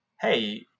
hey